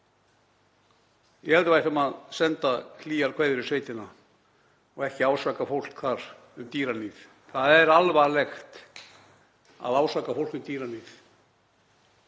Ég held að við ættum að senda hlýjar kveðjur í sveitina og ekki ásaka fólk þar um dýraníð. Það er alvarlegt að ásaka fólk um dýraníð.